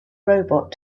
robot